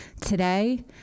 Today